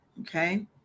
okay